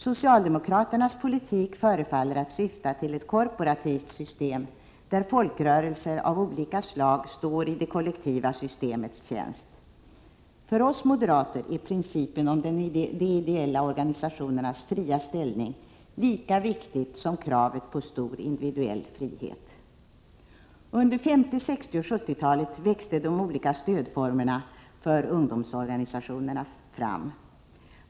Socialdemokraternas politik förefaller att syfta till ett korporativt system, där folkrörelser av olika slag står i det kollektiva systemets tjänst. För oss moderater är principen om de ideella organisationernas fria ställning lika viktig som kravet på stor individuell frihet. Under 50-, 60 och 70-talen växte de olika stödformerna för ungdomsorganisationerna fram.